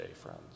friends